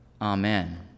Amen